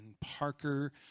Parker